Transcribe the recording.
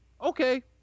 okay